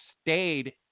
stayed